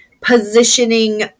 positioning